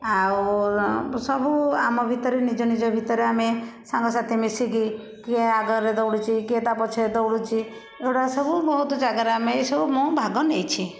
ଆଉ ସବୁ ଆମ ଭିତରେ ନିଜ ନିଜ ଭିତରେ ଆମେ ସାଙ୍ଗସାଥି ମିଶିକି କିଏ ଆଗରେ ଦୌଡୁଛି କିଏ ତା ପଛରେ ଦୌଡୁଛି ଏଗୁଡ଼ାକ ସବୁ ବହୁତ ଜାଗାରେ ଆମେ ମୁଁ ଏସବୁ ଭାଗ ନେଇଛି